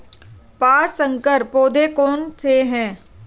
पाँच संकर पौधे कौन से हैं?